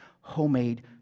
homemade